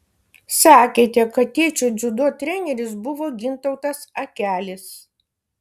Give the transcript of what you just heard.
sakėte kad tėčio dziudo treneris buvo gintautas akelis